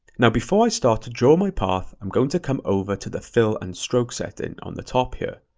now before i start to draw my path, i'm going to come over to the fill and stroke setting on the top here.